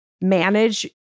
manage